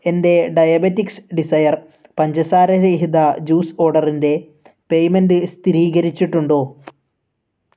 എന്റെ diabetics desire പഞ്ചസാരരഹിത juice ഓർഡറിന്റെ പേയ്മെൻറ് സ്ഥിരീകരിച്ചിട്ടുണ്ടോ